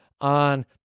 on